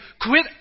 quit